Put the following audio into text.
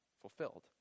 fulfilled